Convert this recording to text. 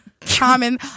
common